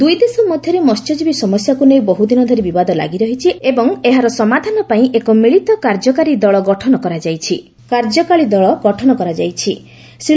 ଦୁଇ ଦେଶ ମଧ୍ୟରେ ମହ୍ୟଜୀବୀ ସମସ୍ୟାକୁ ନେଇ ବହୁ ଦିନ ଧରି ବିବାଦ ଲାଗିରହିଛି ଏବଂ ଏହାର ସମାଧାନ ପାଇଁ ଏକ ମିଳିତ କାର୍ଯ୍ୟକାରୀ ଦଳ ଗଠନ କରାଯାଇଛି